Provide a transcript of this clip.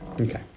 Okay